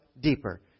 deeper